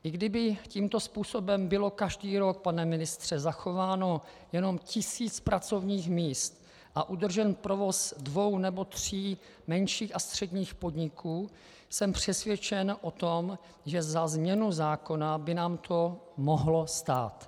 I kdyby tímto způsobem bylo každý rok, pane ministře, zachováno jenom tisíc pracovních míst a udržen provoz dvou nebo tří menších a středních podniků, jsem přesvědčen o tom, že za změnu zákona by nám to mohlo stát.